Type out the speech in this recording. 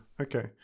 okay